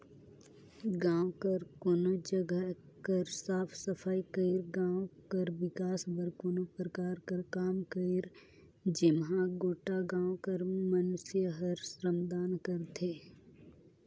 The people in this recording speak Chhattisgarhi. गाँव कर कोनो जगहा कर साफ सफई करई, गाँव कर बिकास बर कोनो परकार कर काम करई जेम्हां गोटा गाँव कर मइनसे हर श्रमदान करथे